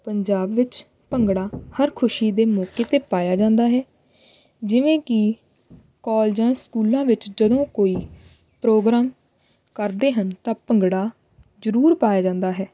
ਪੰਜਾਬ ਵਿੱਚ ਭੰਗੜਾ ਹਰ ਖੁਸ਼ੀ ਦੇ ਮੌਕੇ 'ਤੇ ਪਾਇਆ ਜਾਂਦਾ ਹੈ ਜਿਵੇਂ ਕਿ ਕਾਲਜਾਂ ਸਕੂਲਾਂ ਵਿੱਚ ਜਦੋਂ ਕੋਈ ਪ੍ਰੋਗਰਾਮ ਕਰਦੇ ਹਨ ਤਾਂ ਭੰਗੜਾ ਜ਼ਰੂਰ ਪਾਇਆ ਜਾਂਦਾ ਹੈ